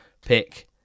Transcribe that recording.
pick